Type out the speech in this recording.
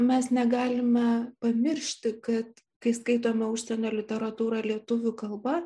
mes negalime pamiršti kad kai skaitome užsienio literatūrą lietuvių kalba